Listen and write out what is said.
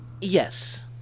Yes